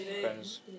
Friends